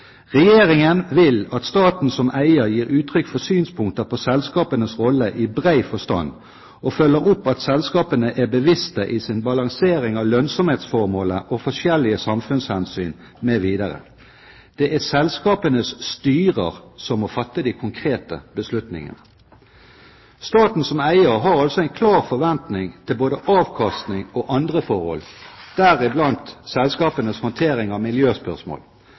vil at staten som eier gir uttrykk for synspunkter på selskapenes rolle i bred forstand, og følger opp at selskapene er bevisste i sin balansering av lønnsomhetsformålet og forskjellige samfunnshensyn mv. Det er selskapenes styrer som må fatte de konkrete beslutningene.» Staten som eier har altså en klar forventning til både avkastning og andre forhold, deriblant selskapenes håndtering av miljøspørsmål,